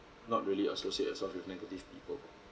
not really associate yourself with negative people